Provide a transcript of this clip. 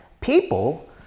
people